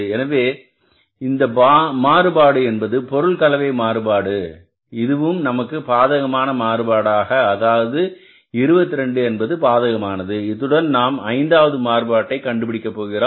எனவே இந்த மாறுபாடு என்பது பொருள் கலவை மாறுபாடு இதுவும் நமக்கு பாதகமான மாறுபாடாக அதாவது 22 என்பது பாதகமானது இத்துடன் நாம் ஐந்தாவது மாறுபாட்டை கண்டுபிடிக்க போகிறோம்